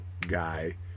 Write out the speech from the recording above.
guy